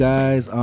Guys